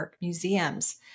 museums